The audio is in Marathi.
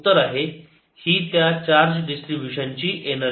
ही त्या चार्ज डिस्ट्रीब्यूशन ची एनर्जी आहे